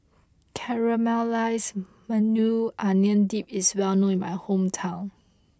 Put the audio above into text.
Caramelized Maui Onion Dip is well known in my hometown